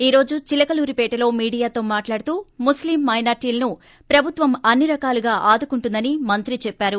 ఈ రోజు చిలకలూరిపేటలో మీడియాతో మాట్లాడుతూ ముస్లీం మైనార్దీలను ప్రభుత్వం అన్ని రకాలుగా ఆదుకుంటుందని మంత్రి చెప్పారు